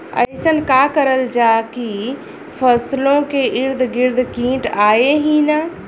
अइसन का करल जाकि फसलों के ईद गिर्द कीट आएं ही न?